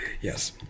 Yes